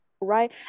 Right